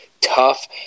tough